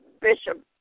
Bishop